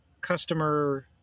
customer